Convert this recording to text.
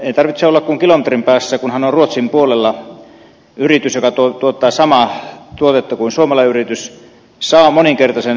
ei tarvitse olla kuin kilometrin päässä kunhan on ruotsin puolella yritys joka tuottaa samaa tuotetta kuin suomalainen yritys niin se saa moninkertaisen kuljetustuen